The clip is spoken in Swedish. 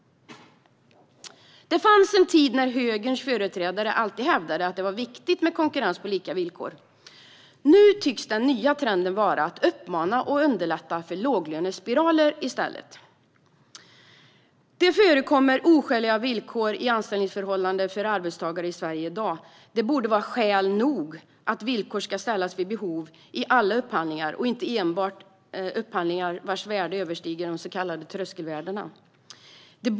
Det fanns en tid när högerns företrädare alltid hävdade att det var viktigt med konkurrens på lika villkor. Nu tycks den nya trenden i stället vara att uppmana till och underlätta för låglönespiraler. Det förekommer oskäliga villkor i anställningsförhållandena för arbetstagare i Sverige i dag, vilket borde vara skäl nog att villkor vid behov ska ställas vid alla upphandlingar och inte enbart vid upphandlingar vars värde överstiger de så kallade tröskelvärdena.